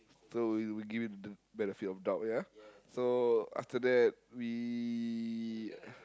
so we we give it the benefit of doubt ya so after that we